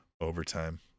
overtime